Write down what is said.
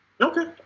Okay